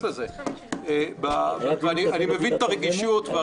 אני מבין את הרגישות.